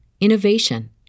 innovation